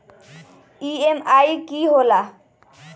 EMI की होला?